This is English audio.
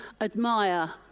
admire